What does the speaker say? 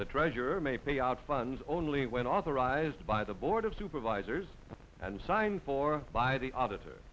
the treasurer may pay out funds only when authorized by the board of supervisors and signed for by the